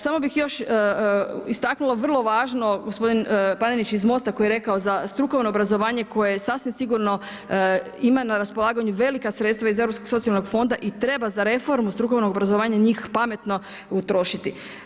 Samo bih još istaknula vrlo važno, gospodin Panenić iz Mosta koji je rekao za strukovno obrazovanje koje sasvim sigurno ima na raspolaganju velika sredstva iz Europskog socijalnog fonda i treba za reformu strukovnog obrazovanja njih pametno utrošiti.